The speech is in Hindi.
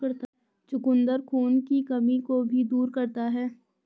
चुकंदर खून की कमी को भी दूर करता है